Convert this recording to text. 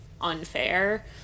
unfair